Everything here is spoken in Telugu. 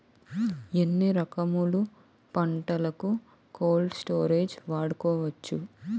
ఎన్ని రకములు పంటలకు కోల్డ్ స్టోరేజ్ వాడుకోవచ్చు?